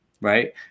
right